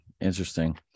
Interesting